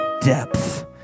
depth